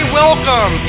welcome